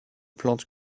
plantes